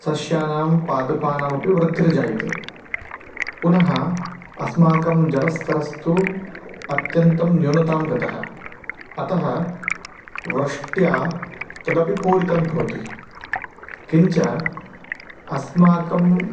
सस्यानां पादपानाम् अपि वृद्धिर्जायते पुनः अस्माकं जरस्तरस्तु अत्यन्तं न्यूनतां गतः अतः वृष्ट्या तदपि पूरितं भवति किञ्च अस्माकम्